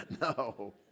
no